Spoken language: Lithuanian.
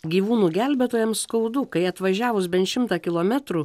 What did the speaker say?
gyvūnų gelbėtojams skaudu kai atvažiavus bent šimtą kilometrų